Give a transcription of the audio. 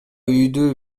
үйдү